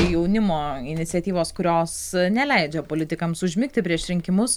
jaunimo iniciatyvos kurios neleidžia politikams užmigti prieš rinkimus